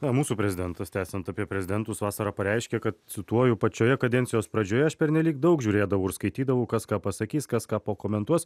na mūsų prezidentas tęsiant apie prezidentus vasarą pareiškė kad cituoju pačioje kadencijos pradžioje aš pernelyg daug žiūrėdavau ir skaitydavau kas ką pasakys kas ką pakomentuos